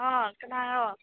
ꯑꯥ ꯀꯅꯥꯔꯣ